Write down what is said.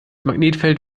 magnetfeld